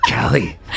Callie